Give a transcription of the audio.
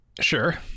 sure